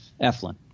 Eflin